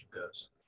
goes